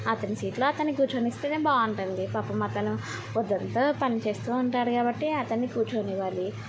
అతని సీట్లో అతన్ని కూర్చోనిస్తేనే బాగుంటుంది పాపం అతను పొద్దంతా పనిచేస్తూ ఉంటాడు కాబట్టి అతన్ని కూర్చోనివ్వాలి